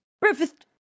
breakfast